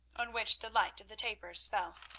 on which the light of the tapers fell.